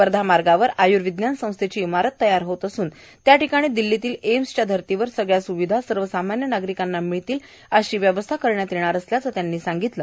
वर्धा मार्गावर आय्र्विजान संस्थेची इमारत तयार होत असून त्या ठिकाणी दिल्लीतील एम्सच्या धर्तीवर सगळया सुविधा सर्वसामान्य नागरिकांना मिळतील अशी व्यवस्था करण्यात येणार असल्याचं त्यांनी सांगितलं